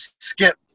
Skip